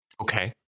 Okay